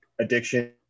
addiction